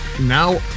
now